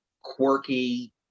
quirky